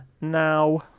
now